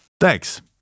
Thanks